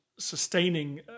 sustaining